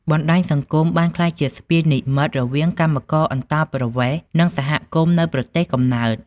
បណ្តាញសង្គមបានក្លាយជាស្ពាននិម្មិតរវាងកម្មករអន្តោប្រវេស៍ និងសហគមន៍នៅប្រទេសកំណើត។